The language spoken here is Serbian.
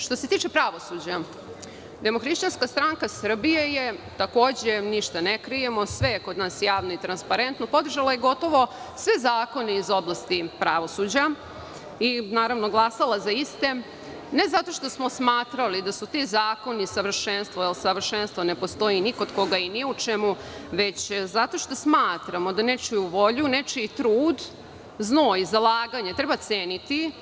Što se tiče pravosuđa, Demohrišćanska stranka Srbije je, ništa ne krijemo, sve je kod nas javno i transparentno, takođe podržala gotovo sve zakone iz oblasti pravosuđa i, naravno, glasala za iste, ne zato što smo smatrali da su ti zakoni savršenstvo, jer savršenstvo ne postoji ni kod koga i ni u čemu, već zato što smatramo da nečiju volju, nečiji trud, znoj, zalaganje treba ceniti.